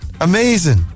Amazing